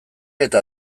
eta